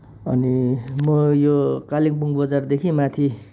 अनि म यो कालिम्पोङ बजारदेखि माथि